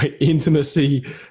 intimacy